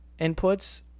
inputs